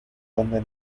donde